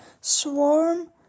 Swarm